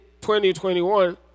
2021